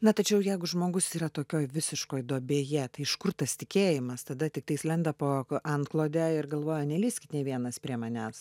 na tačiau jeigu žmogus yra tokioj visiškoj duobėje iš kur tas tikėjimas tada tiktais lenda po antklode ir galvoja nelįskit nė vienas prie manęs